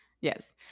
Yes